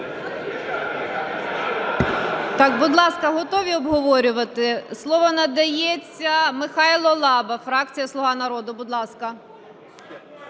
Так, будь ласка, готові обговорювати? Слово надається, Михайло Лаба, фракція "Слуга народу". Будь ласка.